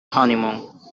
honeymoon